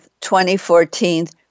2014